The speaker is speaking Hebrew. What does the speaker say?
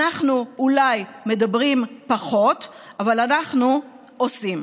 אנחנו אולי מדברים פחות, אבל אנחנו עושים.